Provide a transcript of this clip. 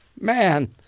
Man